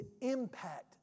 impact